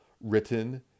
written